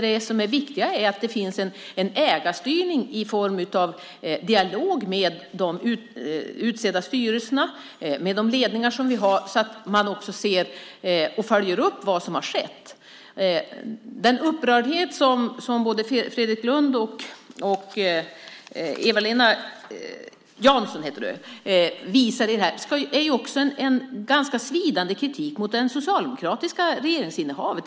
Det viktiga är att det finns en ägarstyrning i form av dialog med de utsedda styrelserna och med de ledningar som vi har så att man också ser och följer upp vad som har skett. Den upprördhet som både Fredrik Lundh och Eva-Lena Jansson visar här är också en ganska svidande kritik mot det socialdemokratiska regeringsinnehavet.